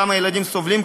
כמה ילדים סובלים,